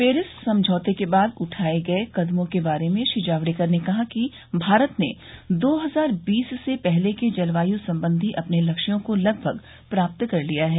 Paris समझौते के बाद उठाये गये कदमों के बारे में श्री जावडेकर ने कहा कि भारत ने दो हजार बीस से पहले के जलवायू संबंधी अपने लक्ष्यों को लगभग प्राप्त कर लिया है